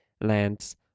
lands